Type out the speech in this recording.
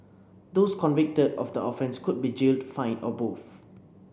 those convicted of the offence could be jailed fined or both